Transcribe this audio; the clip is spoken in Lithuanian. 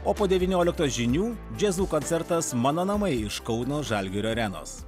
o po devynioliktos žinių jazzu koncertas mano namai iš kauno žalgirio arenos